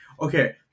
Okay